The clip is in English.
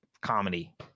comedy